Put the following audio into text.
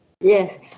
Yes